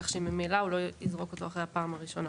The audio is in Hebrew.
כך שממילא הוא לא יזרוק אותו אחרי הפעם הראשונה.